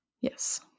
Yes